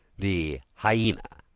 the hyena.